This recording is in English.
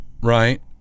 right